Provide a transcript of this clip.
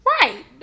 Right